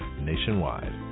nationwide